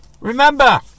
Remember